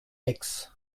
aix